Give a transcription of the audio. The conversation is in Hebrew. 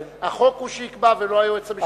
החוק הוא שיקבע ולא היועץ המשפטי?